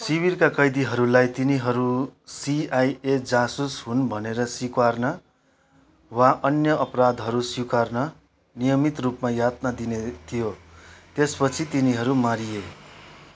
शिविरका कैदीहरूलाई तिनीहरू सिआइए जासुस हुन् भनेर स्विकार्न वा अन्य अपराधहरू स्विकार्न नियमित रूपमा यातना दिइन्थ्यो त्यसपछि तिनीहरू मारिए